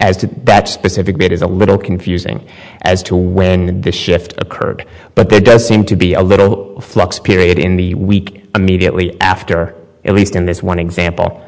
as to that specific date is a little confusing as to when the shift occurred but there does seem to be a little flux period in the week immediately after at least in this one example